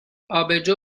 آبجو